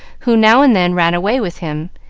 who now and then ran away with him.